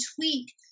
tweak